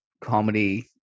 comedy